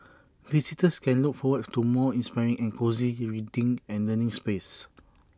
visitors can look forward to more inspiring and cosy he reading and learning spaces